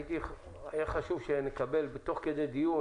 היה חשוב שנקבל תוך כדי דיון